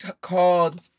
called